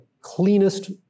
cleanest